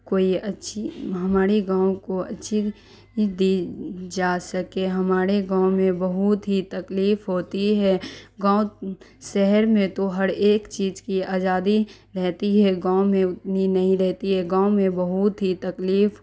کوئی اچھی ہماری گاؤں کو اچھی دی جا سکے ہمارے گاؤں میں بہت ہی تکلیف ہوتی ہے گاؤں شہر میں تو ہر ایک چیز کی آزادی رہتی ہے گاؤں میں اتنی نہیں رہتی ہے گاؤں میں بہت ہی تکلیف